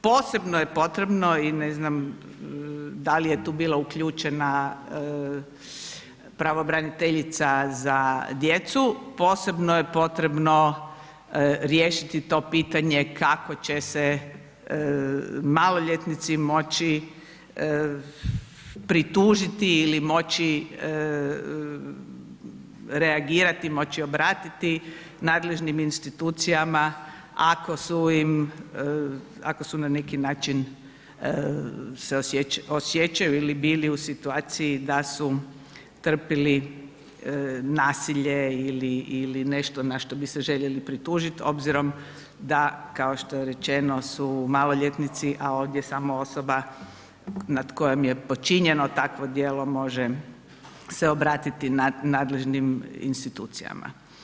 Posebno je potrebno i ne znam da li je tu bila uključena pravobraniteljica za djecu, posebno je potrebno riješiti to pitanje kako će se maloljetnici moći pritužiti ili moći reagirati, moći obratiti nadležnim institucijama ako su im, ako su na neki način se osjećaju ili bili u situaciji da su trpjeli nasilje ili nešto na što bi se željeli pritužiti obzirom da, kao što je rečeno su maloljetnici, a ovdje samo osoba nad kojom je počinjeno takvo djelo može se obratiti nadležnim institucijama.